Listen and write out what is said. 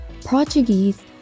Portuguese